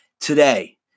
today